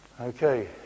Okay